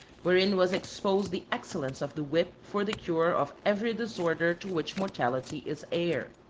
wherein was exposed the excellence of the whip for the cure of every disorder to which mortality is heir.